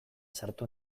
sartu